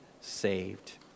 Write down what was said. saved